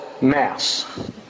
mass